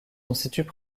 constituent